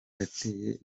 yateye